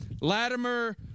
Latimer